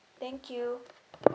thank you